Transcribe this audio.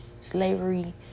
slavery